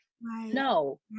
no